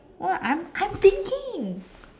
what am I am thinking